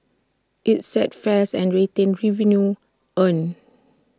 IT sets fares and retains revenue earned